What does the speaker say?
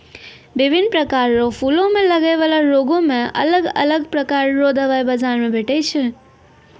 बिभिन्न प्रकार रो फूलो मे लगै बाला रोगो मे अलग अलग प्रकार रो दबाइ बाजार मे भेटै छै